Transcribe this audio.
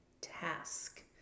task